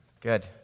Good